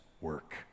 work